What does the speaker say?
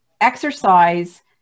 exercise